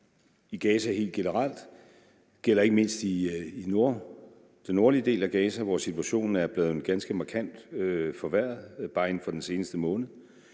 i Gaza helt generelt. Det gælder ikke mindst i den nordlige del af Gaza, hvor situationen er blevet ganske markant forværret bare inden for den sidste måned.